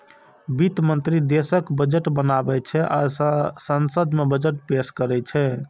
वित्त मंत्री देशक बजट बनाबै छै आ संसद मे बजट पेश करै छै